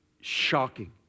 Shocking